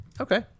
Okay